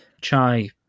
Chai